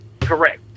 Correct